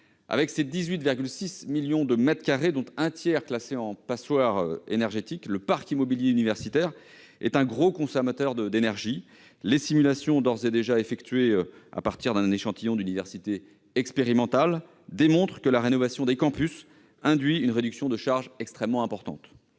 Avec ses 18,6 millions de mètres carrés, dont un tiers est classé passoire énergétique, le parc immobilier universitaire est un gros consommateur d'énergie. Les simulations d'ores et déjà effectuées à partir d'un échantillon d'universités expérimentales démontrent que la rénovation des campus induit une réduction de charges très importante.